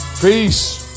Peace